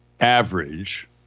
average